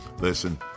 Listen